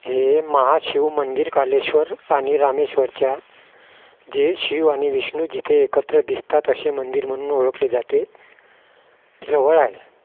हे महाशिव मंदिर कालेश्वर आणि रामेश्वरच्या जे शिव आणि विष्णू जिथे एकत्र दिसतात असे मंदिर म्हणून ओळखले जाते जवळ आहे